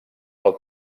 pel